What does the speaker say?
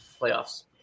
playoffs